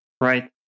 Right